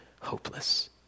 hopeless